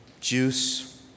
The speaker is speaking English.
juice